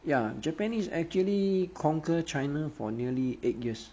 ya japanese actually conquer china for nearly eight years